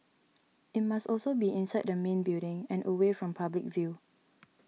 it must also be inside the main building and away from public view